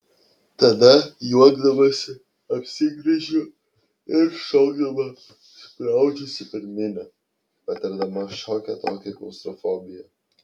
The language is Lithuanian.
tada juokdamasi apsigręžiu ir šokdama spraudžiuosi per minią patirdama šiokią tokią klaustrofobiją